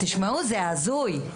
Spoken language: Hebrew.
תשמעו, זה הזוי.